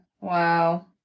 Wow